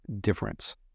difference